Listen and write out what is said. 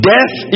Death